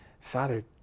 Father